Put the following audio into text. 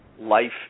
life